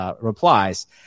replies